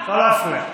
לא להפריע.